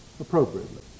appropriately